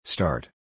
Start